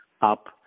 up